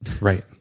Right